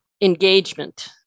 engagement